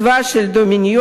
הצבא של הדומיניונים,